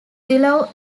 willow